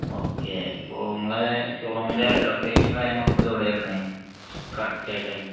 okay ഇപ്പോൾ നിങ്ങൾ ഷോറൂമിൻ്റെ ലൊക്കേഷനും കാര്യങ്ങളും ഒക്കെ ഇപ്പം എവിടെയാണ് വരുന്നത് കറക്ട് ആയിട്ട്